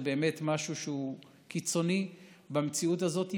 באמת משהו שהוא קיצוני במציאות הזאת,